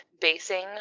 basing